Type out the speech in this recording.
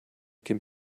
can